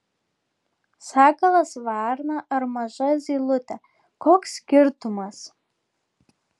sakalas varna ar maža zylutė koks skirtumas